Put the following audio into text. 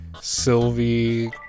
Sylvie